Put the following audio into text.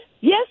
yes